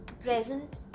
present